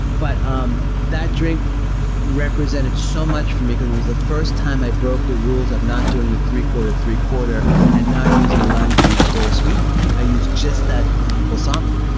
but um that drink represented so much for me because it was the first time i broke the rules of not doing the three-quarter, three-quarter, and not using lime juice or sweetener. i used just that balsamic,